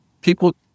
People